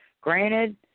Granted